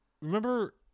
Remember